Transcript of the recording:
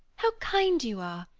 how kind you are!